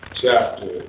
chapter